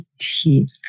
teeth